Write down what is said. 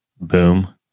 boom